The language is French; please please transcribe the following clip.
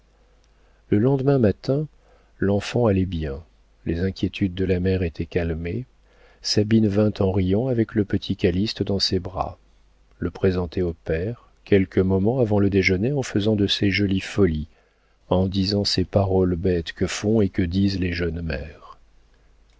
le lendemain matin l'enfant allait bien les inquiétudes de la mère étaient calmées sabine vint en riant avec le petit calyste dans ses bras le présenter au père quelques moments avant le déjeuner en faisant de ces jolies folies en disant ces paroles bêtes que font et que disent les jeunes mères